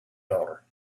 daughter